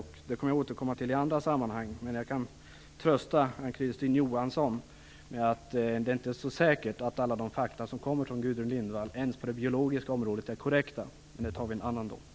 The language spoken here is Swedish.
Jag kommer att återkomma till det i andra sammanhang, men jag kan trösta Ann-Kristine Johansson med att det inte är så säkert att alla de fakta som kommer från Gudrun Lindvall är korrekta, inte ens på det biologiska området. Men det tar vi en annan gång.